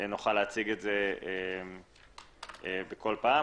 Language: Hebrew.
נוכל להציג את זה בכל פעם.